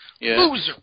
Loser